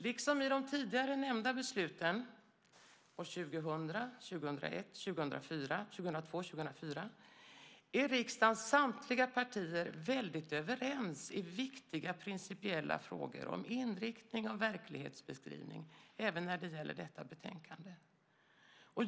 Liksom i de tidigare nämnda besluten år 2000, 2001, 2002 och 2004 är riksdagens samtliga partier väldigt överens i viktiga principiella frågor om inriktning och verklighetsbeskrivning även när det gäller detta betänkande.